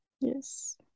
Yes